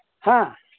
ꯍꯥ